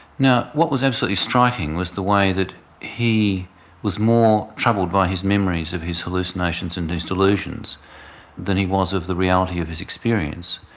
what was absolutely striking was the way that he was more troubled by his memories of his hallucinations and his delusions than he was of the reality of his experience.